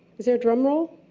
is there a drum roll?